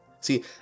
See